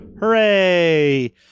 Hooray